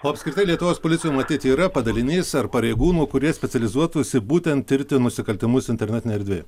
o apskritai lietuvos policijoj matyt yra padalinys ar pareigūnų kurie specializuotųsi būtent tirti nusikaltimus internetinėj erdvėj